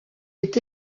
est